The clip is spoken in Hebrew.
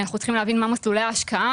אנחנו צריכים להבין מה מסלולי ההשקעה